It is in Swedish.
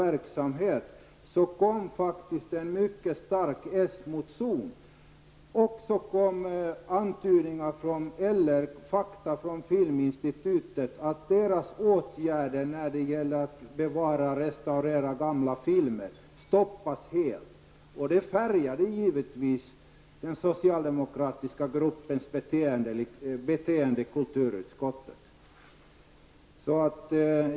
När Filminstitutet påvisade att man inte längre hade några resurser för att bevara och restaurera gamla filmer, påverkade detta den socialdemokratiska gruppens agerande i kulturutskottet.